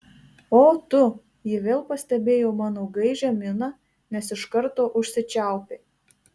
o tu ji vėl pastebėjo mano gaižią miną nes iš karto užsičiaupė